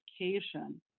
education